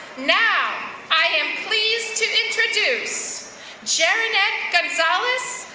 now, i am pleased to introduce gerrynet gonzales,